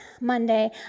Monday